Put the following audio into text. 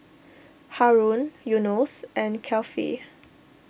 Haron Yunos and Kefli